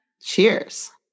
Cheers